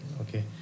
okay